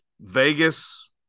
Vegas